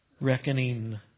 reckoning